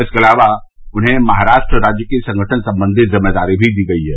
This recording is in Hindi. इसके अलावा उन्हें महाराष्ट्र राज्य की संगठन सम्बन्धी ज़िम्मेदारी भी दी गयी है